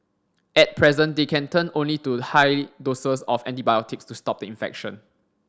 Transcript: at present they can turn only to high doses of antibiotics to stop the infection